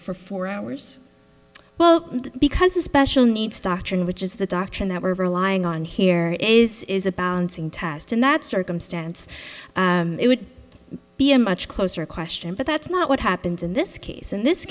for four hours well and because a special needs doctrine which is the doctrine that we're relying on here is is a bounce in tast in that circumstance it would be a much closer question but that's not what happens in this case in this